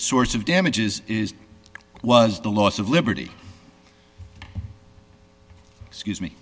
source of damages is was the loss of liberty excuse me